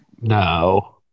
No